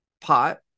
pot